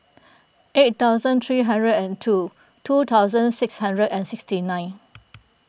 eight thousand three hundred and two two thousand six hundred and sixty nine